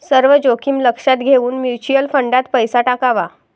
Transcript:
सर्व जोखीम लक्षात घेऊन म्युच्युअल फंडात पैसा टाकावा